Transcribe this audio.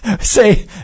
say